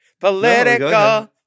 Political